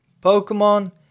Pokemon